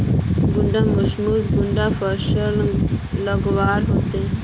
कुंडा मोसमोत कुंडा फसल लगवार होते?